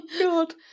god